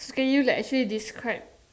can you like actually describe